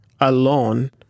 alone